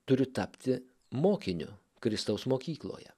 turiu tapti mokiniu kristaus mokykloje